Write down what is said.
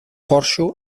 porxo